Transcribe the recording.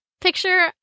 picture